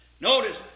Notice